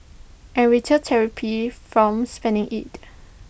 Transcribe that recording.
and retail therapy from spending IT